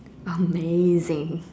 amazing